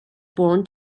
born